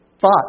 Thought